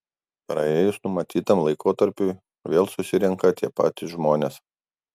praėjus numatytam laikotarpiui vėl susirenka tie patys žmonės